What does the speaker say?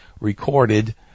recorded